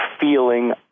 feeling